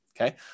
Okay